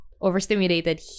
overstimulated